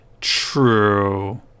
True